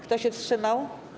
Kto się wstrzymał?